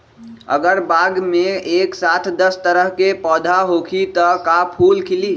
अगर बाग मे एक साथ दस तरह के पौधा होखि त का फुल खिली?